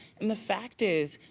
and the fact is,